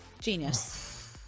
Genius